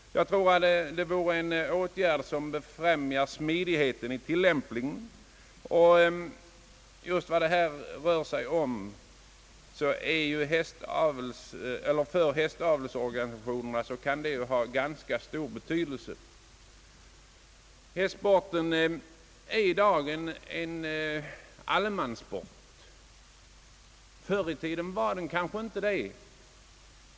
Jag tror att detta vore en åtgärd som skulle befrämja smidigheten i tillämpningen. Detta kan ha ganska stor betydelse för hästavelsorganisationerna. Hästsporten är i dag en allemanssport. Förr i tiden var den kanske inte det.